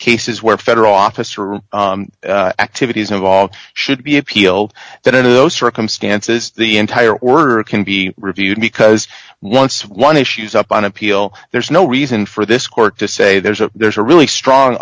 cases where federal officer or activities of all should be appealed that any of those circumstances the entire word can be reviewed because once one issues up on appeal there's no reason for this court to say there's a there's a really strong